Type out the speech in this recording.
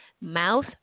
Mouth